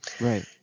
right